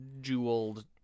jeweled